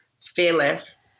fearless